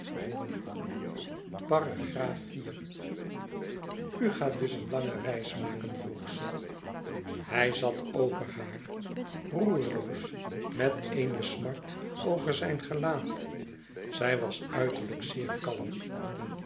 gaat dus een lange reis maken vroeg ze hij zat over haar roerloos met eene smart over zijn gelaat zij was uiterlijk zeer kalm